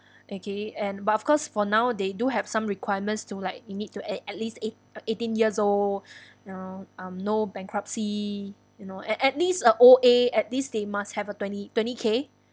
okay and but of course for now they do have some requirements to like you need to at at least eight~ eighteen years old you know um no bankruptcy you know at at least O_A at least they must have a twenty twenty K